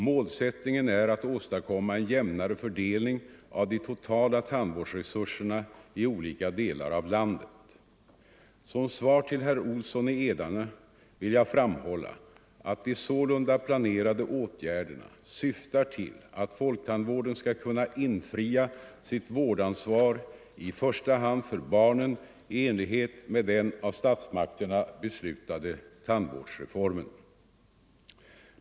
Målsättningen är att åstadkomma en jämnare fördelning av de totala tandvårdsresurserna i olika delar av landet. Som svar till herr Olsson i Edane vill jag framhålla att de sålunda planerade åtgärderna syftar till att folktandvården skall kunna infria sitt vårdansvar i första hand för barnen i enlighet med den av statsmakterna beslutade tandvårdsreformen.